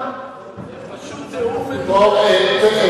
פשוט תיאור מדויק.